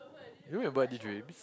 do you remember any dreams